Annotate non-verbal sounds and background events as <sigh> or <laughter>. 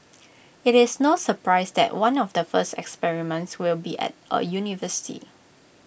<noise> IT is no surprise that one of the first experiments will be at A university